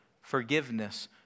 forgiveness